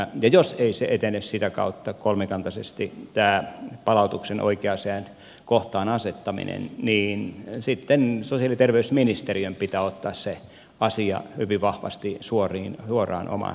ja jos ei se etene sitä kautta kolmikantaisesti tämä palautuksen oikeaan kohtaan asettaminen niin sitten sosiaali ja terveysministeriön pitää ottaa se asia hyvin vahvasti suoraan omaan hanskaansa